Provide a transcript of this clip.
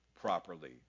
properly